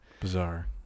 bizarre